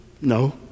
No